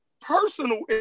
personal